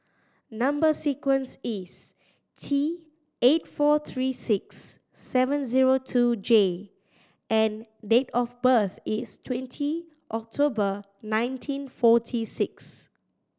number sequence is T eight four three six seven zero two J and date of birth is twenty October nineteen forty six